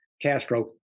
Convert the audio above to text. Castro